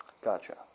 gotcha